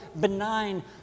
benign